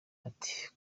ati